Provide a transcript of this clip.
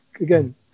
Again